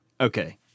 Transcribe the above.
okay